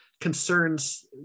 concerns